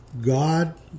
God